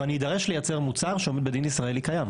ואני אדרש לייצר מוצר שעומד בדין ישראלי קיים.